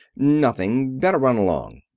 nothing. better run along.